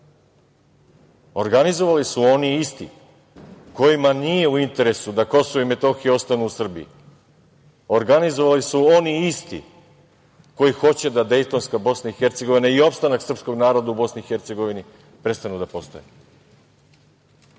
bruka. Organizovali su oni isti kojima nije u interesu da Kosovo i Metohija ostanu u Srbiji. Organizovali su oni isti koji hoće da Dejtonska Bosna i Hercegovina i opstanak srpskog naroda u Bosni i Hercegovini prestanu da postoje.